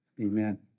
Amen